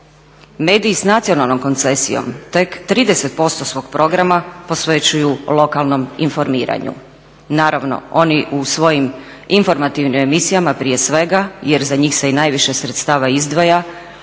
Mediji s nacionalnom koncesijom, tek 30 svog programa posvećuju lokalnom informiranju, naravno oni u svojim informativnim emisijama prije svega jer za njih se i najviše sredstava izdvaja,